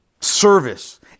service